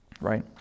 right